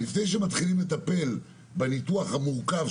לפני שמתחילים בניתוח המורכב,